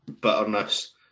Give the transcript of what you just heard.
bitterness